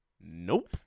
Nope